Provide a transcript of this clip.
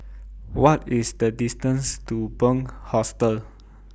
What IS The distance to Bunc Hostel